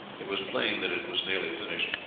it was plain that it was nearly finished.